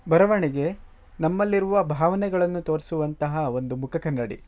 ಬರವಣಿಗೆ ನಮ್ಮಲ್ಲಿರುವ ಭಾವನೆಗಳನ್ನು ತೋರಿಸುವಂತಹ ಒಂದು ಮುಖ ಕನ್ನಡಿ